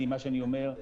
מה שאני אומר,